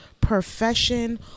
profession